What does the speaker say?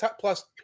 plus